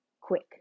quick